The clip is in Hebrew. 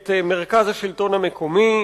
את מרכז השלטון המקומי,